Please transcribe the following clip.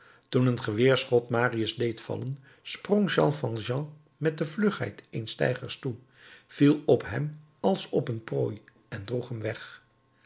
toen een geweerschot marius deed vallen sprong jean valjean met de vlugheid eens tijgers toe viel op hem als op een prooi en droeg hem weg